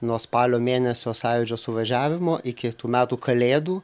nuo spalio mėnesio sąjūdžio suvažiavimo iki tų metų kalėdų